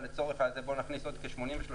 אבל לצורך העניין בואו נכניס עוד כ-83,000